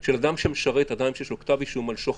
של אדם שמשרת אדם שיש לו כתב אישום על שוחד,